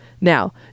Now